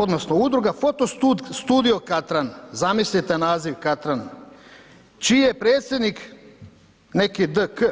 Odnosno Udruga Foto sudio Katran, zamislite naziv Katran, čiji je predsjednik neki D.K.